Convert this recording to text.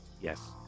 yes